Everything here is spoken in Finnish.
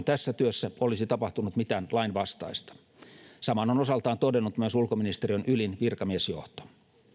tässä työssä olisi tapahtunut mitään lainvastaista saman on osaltaan todennut myös ulkoministeriön ylin virkamiesjohto